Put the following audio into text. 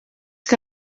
que